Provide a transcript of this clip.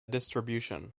distribution